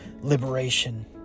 liberation